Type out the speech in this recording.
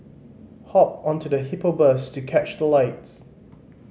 hop onto the Hippo Bus to catch the lights